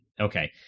Okay